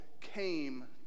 came